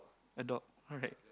a dog right